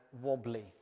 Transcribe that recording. wobbly